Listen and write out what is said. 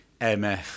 MF